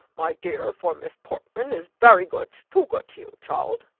my dear, for miss portman is very good too good to you, child.